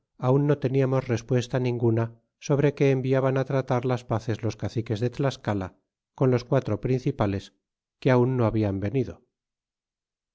aun no teniamos respuesta ninguna sobre que enviaban tratar las paces los caciques de tlascala con los quatro principales que aun no hablan venido